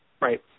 Right